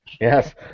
Yes